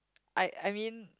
I I mean